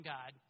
God